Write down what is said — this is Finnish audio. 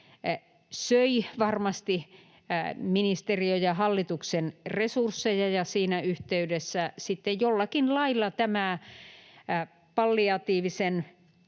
söi varmasti ministeriön ja hallituksen resursseja, ja siinä yhteydessä sitten jollakin lailla tämä palliatiivisen